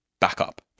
backup